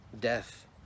death